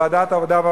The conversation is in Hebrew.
לוועדת העבודה,